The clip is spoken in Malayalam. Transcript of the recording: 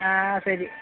ആ ശരി